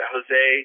Jose